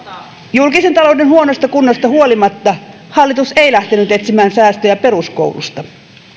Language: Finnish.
julkisen talouden huonosta kunnosta huolimatta hallitus ei lähtenyt etsimään säästöjä peruskouluista